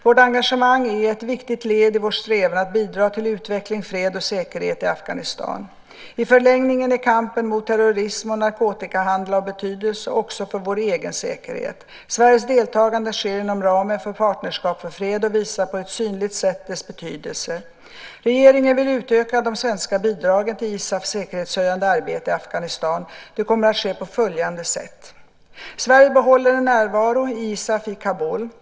Vårt engagemang är ett viktigt led i vår strävan att bidra till utveckling, fred och säkerhet i Afghanistan. I förlängningen är kampen mot terrorism och narkotikahandel av betydelse också för vår egen säkerhet. Sveriges deltagande sker inom ramen för Partnerskap för fred och visar på ett synligt sätt dess betydelse. Regeringen vill utöka de svenska bidragen till ISAF:s säkerhetshöjande arbete i Afghanistan. Det kommer att ske på följande sätt: Sverige behåller en närvaro i ISAF i Kabul.